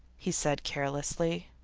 he said carelessly.